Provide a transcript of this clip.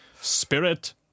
Spirit